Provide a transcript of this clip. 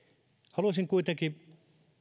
haluaisin kuitenkin